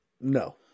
No